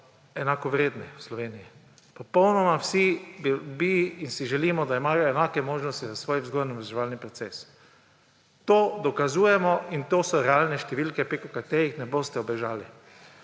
enakovredni v Sloveniji. Popolnoma vsi bi in si želimo, da imajo enake možnosti za svoj vzgojno-izobraževalni proces. To dokazujemo in to so realne številke, preko katerih ne boste ubežali.